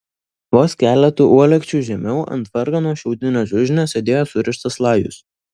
vos keletu uolekčių žemiau ant vargano šiaudinio čiužinio sėdėjo surištas lajus